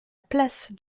place